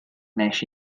nes